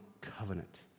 covenant